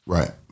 Right